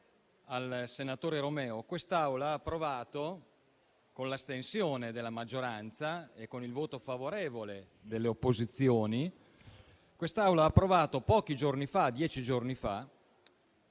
al senatore Romeo che quest'Assemblea ha approvato, con l'astensione della maggioranza e con il voto favorevole delle opposizioni, pochi giorni fa, un impegno per